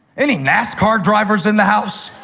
any nascar drivers in the house?